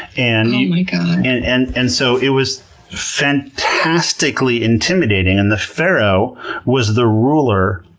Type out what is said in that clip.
and and and so, it was fantastically intimidating, and the pharaoh was the ruler